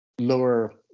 lower